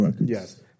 Yes